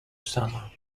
summer